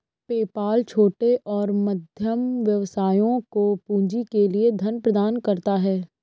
PayPal छोटे और मध्यम व्यवसायों को पूंजी के लिए धन प्रदान करता है